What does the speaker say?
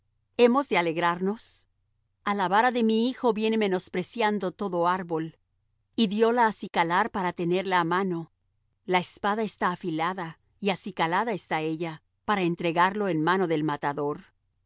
hemos de alegrarnos a la vara de mi hijo viene menospreciando todo árbol y dióla á acicalar para tenerla á mano la espada está afilada y acicalada está ella para entregralo en mano del matador